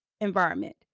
environment